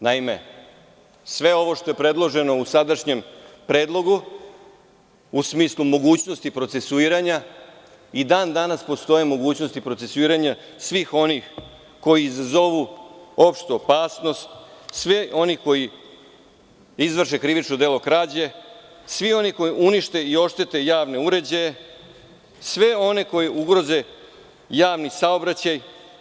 Naime, sve ovo što je predloženo u sadašnjem Predlogu, u smislu mogućnosti procesuiranja, i dan-danas postoje mogućnosti procesuiranja svih onih koji izazovu opštu opasnost, svih onih koji izvrše krivično delo krađe, svih onih koji unište i oštete javne uređaje, svih onih koji ugroze javni saobraćaj.